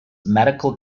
medical